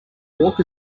walk